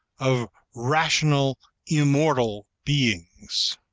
of rational immortal beings.